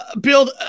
Build